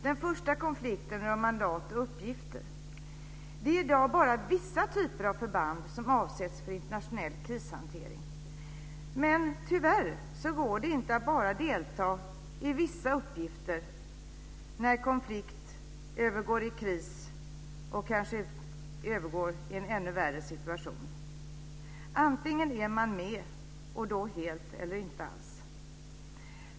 Den första konflikten rör mandat och uppgifter. Det är i dag bara vissa typer av förband som avsätts för internationell krishantering. Men tyvärr går det inte att bara delta i vissa uppgifter när konflikt övergår i kris, och kanske i en ännu värre situation. Antingen är man med - och då helt - eller inte alls.